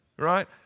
Right